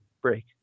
break